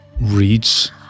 reads